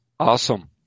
Awesome